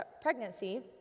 pregnancy